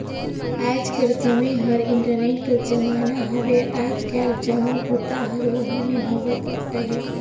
आएज कर समें हर इंटरनेट कर जमाना हवे आएज काएल जम्मो बूता हर ओही में होवत अहे